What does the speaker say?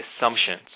assumptions